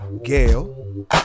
Gail